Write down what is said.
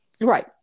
Right